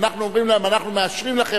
ואנחנו אומרים להם: אנחנו מאשרים לכם,